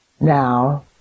Now